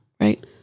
right